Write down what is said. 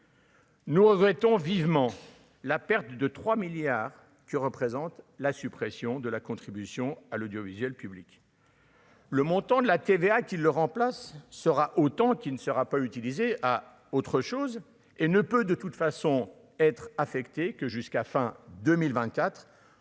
Nous regrettons vivement la perte de 3 milliards que représente la suppression de la contribution à l'audiovisuel public. Le montant de la TVA, qui le remplace sera autant qu'il ne sera pas utilisé à autre chose et ne peut de toute façon être affectés que jusqu'à fin 2024